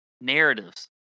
narratives